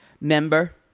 Member